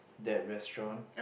that restaurant